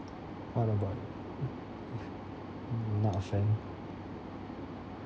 what about mm not a fan